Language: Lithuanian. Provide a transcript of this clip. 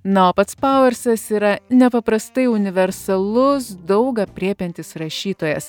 na o pats pauersas yra nepaprastai universalus daug aprėpiantis rašytojas